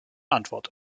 antwort